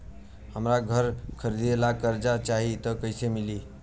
हमरा घर खरीदे ला कर्जा चाही त कैसे मिली?